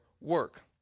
work